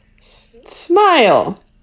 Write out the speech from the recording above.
smile